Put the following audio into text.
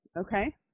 okay